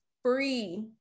free